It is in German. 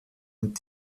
und